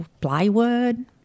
plywood